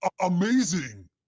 amazing